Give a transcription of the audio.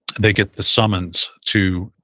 they get the summons to,